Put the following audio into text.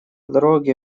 дороге